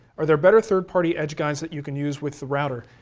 are there better third party edge guides that you can use with the router?